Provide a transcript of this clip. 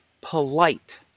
polite